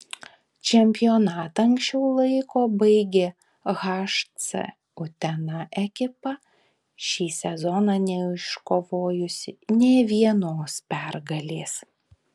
čempionatą anksčiau laiko baigė hc utena ekipa šį sezoną neiškovojusi nė vienos pergalės